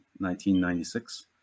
1996